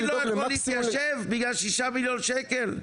לא יכול להתיישב בגלל 6 מיליון שקלים?